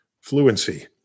fluency